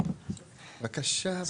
בבקשה.